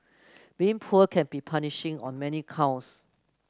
being poor can be punishing on many counts